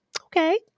okay